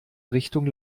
richtung